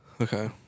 Okay